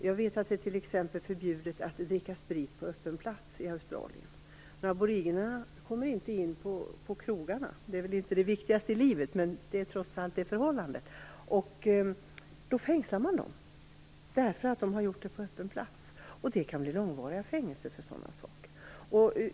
Jag vet att det t.ex. är förbjudet att dricka sprit på öppen plats i Australien. Men aboriginerna kommer inte in på krogarna. Det är väl inte det viktigaste i livet, men trots allt förhåller det sig så. Då fängslar man dem därför att de har druckit på öppen plats. Det kan bli långvariga fängelsestraff för sådant.